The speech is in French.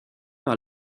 par